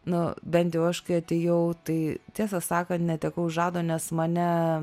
nu bent jau aš kai atėjau tai tiesą sakant netekau žado nes mane